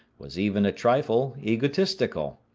was even a trifle egotistical,